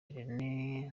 irene